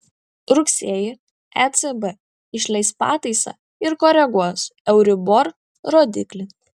rugsėjį ecb išleis pataisą ir koreguos euribor rodiklį